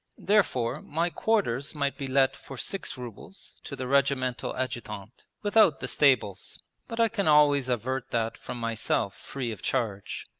therefore my quarters might be let for six rubles to the regimental adjutant, without the stables but i can always avert that from myself free of charge.